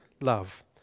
love